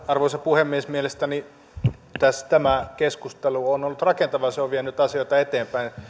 arvoisa puhemies mielestäni tämä keskustelu on ollut rakentavaa ja se on vienyt asioita eteenpäin